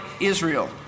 Israel